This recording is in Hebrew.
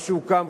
מה שהוקם,